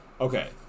Okay